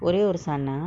ஒரேயொரு:oreyoru son ah